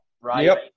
Right